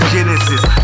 Genesis